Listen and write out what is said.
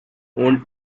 owned